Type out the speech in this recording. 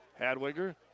Hadwiger